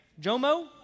Jomo